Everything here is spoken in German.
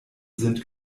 sind